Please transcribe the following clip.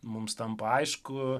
mums tampa aišku